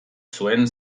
zuen